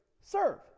Serve